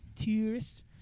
Tourists